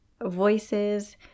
voices